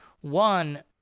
One